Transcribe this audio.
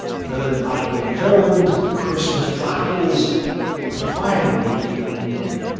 the third battle of courland the christmas battles had finally ended.